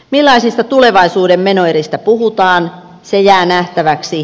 millaisista tulevaisuuden menoeristä puhutaan se jää nähtäväksi